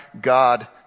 God